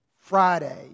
Friday